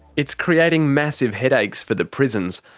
it's creating massive headaches for the prisons,